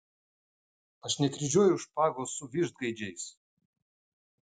aš nekryžiuoju špagos su vištgaidžiais